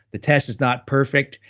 the test is not perfect,